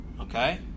Okay